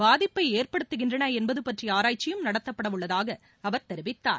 பாதிப்பை ஏற்படுத்துகின்றன என்பது பற்றிய ஆராய்ச்சியும் நடத்தப்படவுள்ளதாக அவர் தெரிவித்தார்